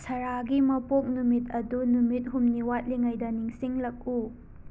ꯁꯔꯥꯒꯤ ꯃꯄꯣꯛ ꯅꯨꯃꯤꯠ ꯑꯗꯨ ꯅꯨꯃꯤꯠ ꯍꯨꯝꯅꯤ ꯋꯥꯠꯂꯤꯉꯩꯗ ꯅꯤꯡꯁꯤꯡꯂꯛꯎ